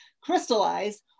crystallize